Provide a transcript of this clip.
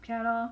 yeah lor